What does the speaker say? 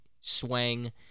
swang